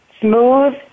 Smooth